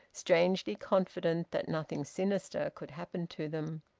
strangely confident that nothing sinister could happen to them.